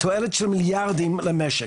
תועלת של מיליארדים למשק.